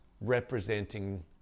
representing